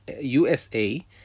USA